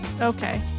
Okay